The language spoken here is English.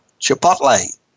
Chipotle